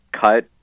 cut